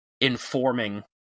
informing